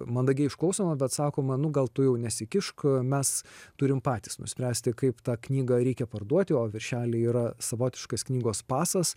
mandagiai išklausoma bet sakoma nu gal tu jau nesikišk mes turim patys nuspręsti kaip tą knygą reikia parduoti o viršeliai yra savotiškas knygos pasas